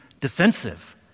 defensive